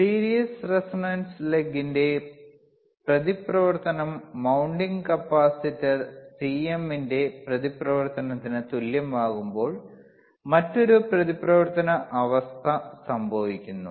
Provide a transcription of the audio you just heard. series resonant ലെഗിന്റെ പ്രതിപ്രവർത്തനം mounting capacitor Cmന്റെ പ്രതിപ്രവർത്തനത്തിന് തുല്യമാകുമ്പോൾ മറ്റൊരു പ്രതിപ്രവർത്തന അവസ്ഥ സംഭവിക്കുന്നു